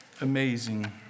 amazing